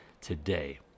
Today